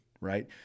right